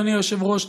אדוני היושב-ראש,